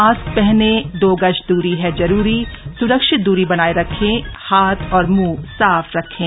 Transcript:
mask पहने दो गज दूरी है जरूरी सुरक्षित दूरी बनाए रखें हाथ और मुंह साफ रखें